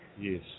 Yes